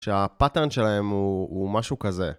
שהפאטרן שלהם הוא משהו כזה.